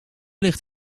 ligt